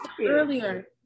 earlier